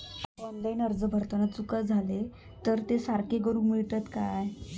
Online अर्ज भरताना चुका जाले तर ते सारके करुक मेळतत काय?